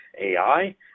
AI